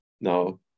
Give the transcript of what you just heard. No